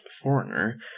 foreigner